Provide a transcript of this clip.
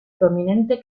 prominente